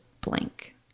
blank